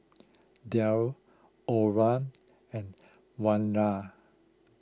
Daud Omar and Wira